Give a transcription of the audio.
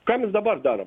ką mes dabar darom